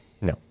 No